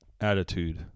attitude